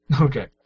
Okay